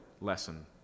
lesson